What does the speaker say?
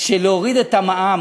בקשות במהלך שנת